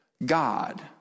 God